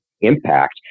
impact